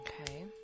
Okay